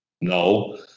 No